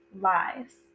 lies